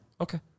Okay